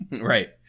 Right